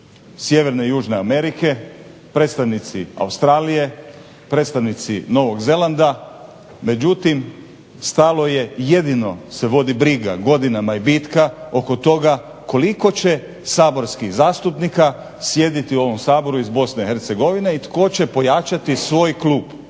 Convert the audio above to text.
sjeverne i južne Amerike, predstavnici Australije, predstavnici Novog Zelanda. Međutim, stalo je jedino se vodi briga godinama i bitka oko toga koliko će saborskih zastupnika sjediti u ovom Saboru iz Bosne i Hercegovine i tko će pojačati svoj klub.